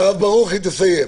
הרב ברוכי, תסיים.